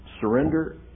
Surrender